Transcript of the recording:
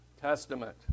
Testament